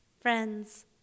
Friends